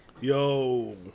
yo